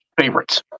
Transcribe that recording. favorites